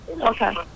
Okay